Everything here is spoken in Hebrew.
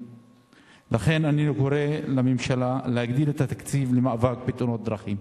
לכן אני קורא לממשלה להגדיל את התקציב למאבק בתאונות הדרכים.